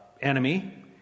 enemy